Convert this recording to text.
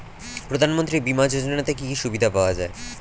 প্রধানমন্ত্রী বিমা যোজনাতে কি কি সুবিধা পাওয়া যায়?